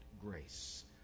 grace